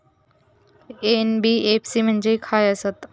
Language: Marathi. एन.बी.एफ.सी म्हणजे खाय आसत?